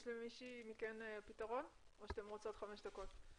יש למישהו מכם פתרון או שאתם מבקשים חמש דקות להתייעצות?